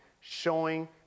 showing